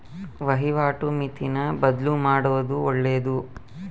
ವಹಿವಾಟು ಮಿತಿನ ಬದ್ಲುಮಾಡೊದು ಒಳ್ಳೆದು